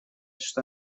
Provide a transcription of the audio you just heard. что